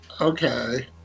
okay